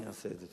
אני אעשה את זה.